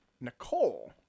Nicole